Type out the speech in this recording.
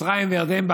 מצרים וירדן,